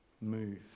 move